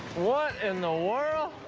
what in the world?